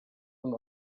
und